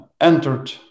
entered